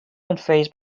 unfazed